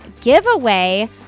giveaway